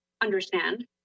understand